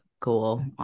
cool